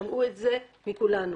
ושמעו זאת מכולנו.